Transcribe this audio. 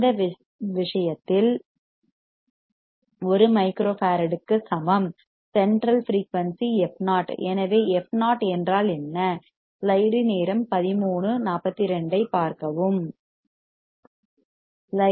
இந்த விஷயத்தில் 1 மைக்ரோஃபரடிற்கு சமம் சென்ட்ரல் ஃபிரீயூன்சி fo